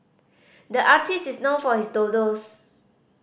the artist is known for his doodles